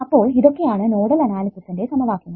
അപ്പോൾ ഇതൊക്കെയാണ് നോഡൽ അനാലിസിസിന്റെ സമവാക്യങ്ങൾ